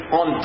on